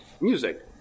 music